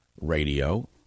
Radio